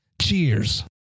Cheers